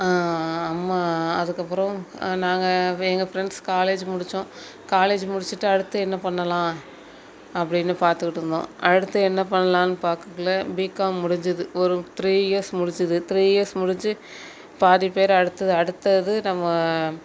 அம்மா அதுக்கப்புறம் நாங்கள் எங்கள் ஃப்ரெண்ட்ஸ் காலேஜ் முடித்தோம் காலேஜ் முடிச்சுட்டு அடுத்து என்ன பண்ணலாம் அப்படின்னு பார்த்துக்கிட்ருந்தோம் அடுத்து என்ன பண்ணலான்னு பார்க்கக்குள்ள பிகாம் முடிஞ்சுது ஒரு த்ரீ இயர்ஸ் முடிஞ்சிது த்ரீ இயர்ஸ் முடிஞ்சு பாதி பேர் அடுத்து அடுத்தது நம்ம